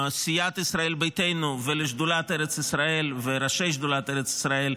לסיעת ישראל ביתנו ולשדולת ארץ ישראל וראשי שדולת ארץ ישראל,